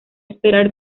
esperar